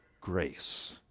grace